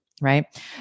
right